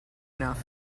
enough